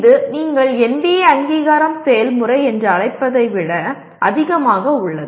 இது நீங்கள் NBA அங்கீகாரம் செயல்முறை என்று அழைப்பதை விட அதிகமாக உள்ளது